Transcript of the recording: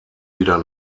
wieder